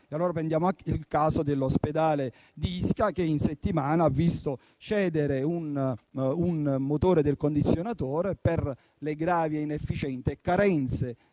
Prendiamo il caso dell'ospedale di Ischia, che in settimana ha visto cedere un motore del condizionatore per le gravi inefficienze e le carenze